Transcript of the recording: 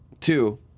two